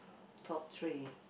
top three